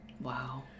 Wow